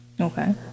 Okay